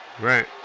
Right